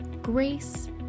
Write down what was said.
Grace